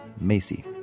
Macy